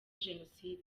jenoside